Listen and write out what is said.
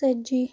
ژَتجی